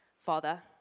Father